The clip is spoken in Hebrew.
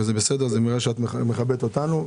זה מראה שאת מכבדת אותנו.